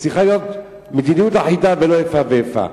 צריכה להיות מדיניות אחידה, ולא איפה ואיפה.